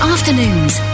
Afternoons